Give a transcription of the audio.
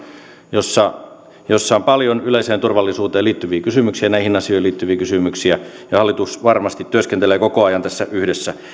jossa on paljon yleiseen turvallisuuteen liittyviä kysymyksiä näihin asioihin liittyviä kysymyksiä ja hallitus varmasti työskentelee koko ajan tässä yhdessä